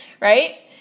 right